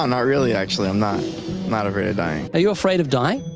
ah not really, actually. i'm not not afraid of dying. are you afraid of dying?